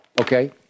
Okay